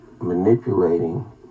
manipulating